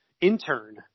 intern